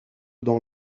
dans